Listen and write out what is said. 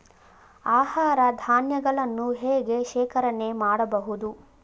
ಆಹಾರ ಧಾನ್ಯಗಳನ್ನು ಹೇಗೆ ಶೇಖರಣೆ ಮಾಡಬಹುದು?